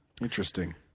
Interesting